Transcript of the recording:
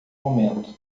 momento